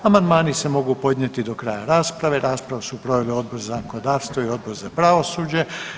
Amandmani se mogu podnijeti do kraja rasprave, raspravu su proveli Odbor za zakonodavstvo i Odbor za pravosuđe.